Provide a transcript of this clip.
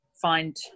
Find